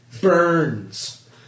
burns